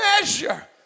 measure